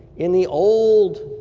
in the old